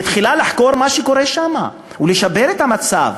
ותחילה לחקור מה שקורה שם ולשפר את המצב.